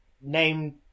name